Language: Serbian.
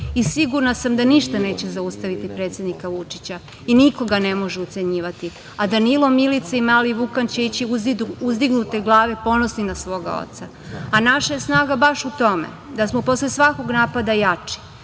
i sigurna sam da ništa neće zaustaviti predsednika Vučića i nikoga ne može ucenjivati, a Danilo, Milica i mali Vukan će ići uzdignute glave ponosni na svoga oca. Naša je snaga baš u tome da smo posle svakog napada jači,